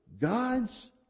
God's